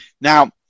Now